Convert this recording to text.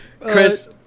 Chris